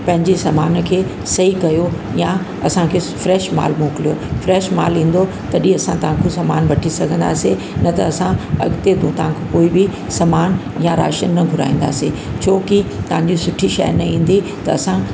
पंहिंजी समान खे सही कयो यां असांखे फ्रैश माल मोकिलियो फ्रैश माल ईंदो तॾहिं असां तव्हांखां समान वठी सघंदासीं न त असां अॻिते खां कोई बि समान या राशन न घुराईंदासीं छोकी तव्हांजी सुठी शइ न ईंदी त असां